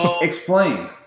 Explain